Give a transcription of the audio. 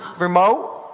remote